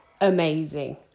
amazing